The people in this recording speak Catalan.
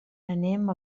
anem